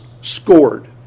scored